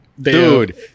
dude